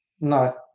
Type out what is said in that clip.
No